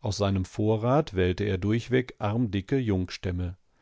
aus seinem vorrat wählte er durchweg armdicke